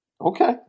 Okay